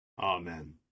Amen